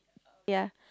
ya